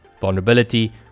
vulnerability